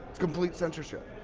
it's complete censorship.